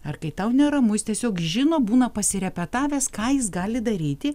ar kai tau neramu jis tiesiog žino būna pasirepetavęs ką jis gali daryti